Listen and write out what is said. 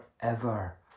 forever